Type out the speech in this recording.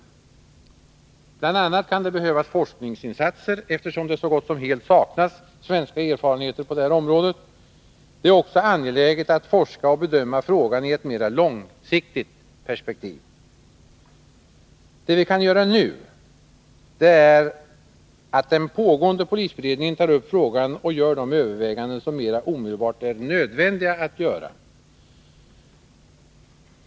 Bl. a. kan det behövas forskningsinsatser, eftersom det så gott som helt saknas svenska erfarenheter på det här området. Det är också angeläget att forska och bedöma frågan i ett mera långsiktigt perspektiv. Det som nu kan göras är att den pågående polisberedningen tar upp frågan och gör de mer omedelbart nödvändiga övervägandena.